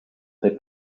they